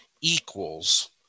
equals